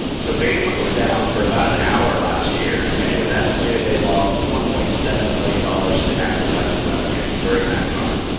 so facebook was down for about an hour last year, and it was estimated they lost one point seven million dollars in advertising revenue during that time.